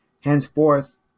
Henceforth